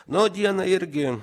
na o dieną irgi